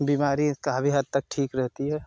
बीमारी काफी हद तक ठीक रहती है